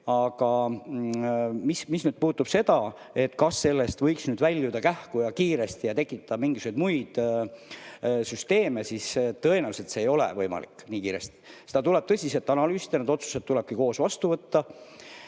Aga mis nüüd puudutab seda, et kas sellest võiks väljuda kähku ja kiiresti ja tekitada mingisuguseid muid süsteeme, siis tõenäoliselt nii kiiresti pole see võimalik. Seda tuleb tõsiselt analüüsida, need otsused tulebki koos vastu võtta.